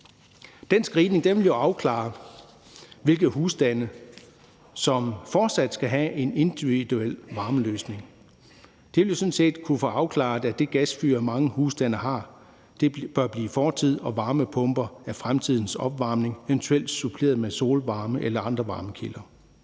Den screening vil jo afklare, hvilke husstande der fortsat skal have en individuel varmeløsning. Det vil jo sådan set afklare, at det gasfyr, mange husstande har, bør blive fortid og varmepumper er fremtidens opvarmning eventuelt suppleret med solvarme eller andre varmekilder.